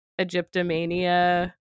Egyptomania